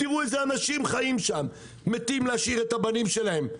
תראו איזה אנשים חיים שם מתים להשאיר את הבנים שלהם,